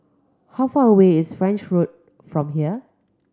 how far away is French Road from here